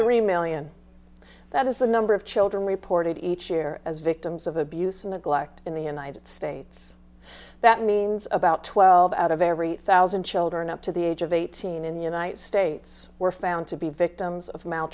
three million that is the number of children reported each year as victims of abuse neglect in the united states that means about twelve out of every thousand children up to the age of eighteen in the united states were found to be victims of